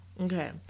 Okay